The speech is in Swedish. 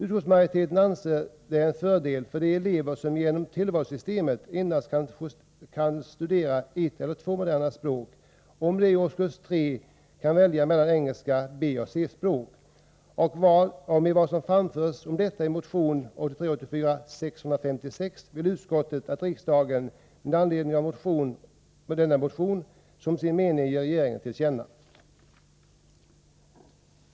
Utskottet anser att det är en fördel för de elever som genom tillvalssystemet endast kan studera ett eller två moderna språk om de i årskurs 3 kan välja mellan engelska, B och C-språk, och utskottet vill att riksdagen med anledning av motion 1983/84:656 som sin mening ger regeringen till känna vad utskottet har anfört om detta.